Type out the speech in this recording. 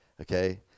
okay